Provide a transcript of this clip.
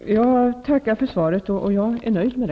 Jag tackar för svaret, som jag är nöjd med.